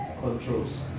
controls